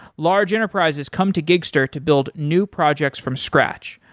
large enterprises come to gigster to build new projects from scratch,